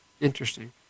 Interesting